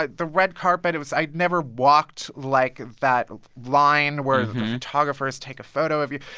ah the red carpet, it was i'd never walked, like, that line where the photographers take a photo of you,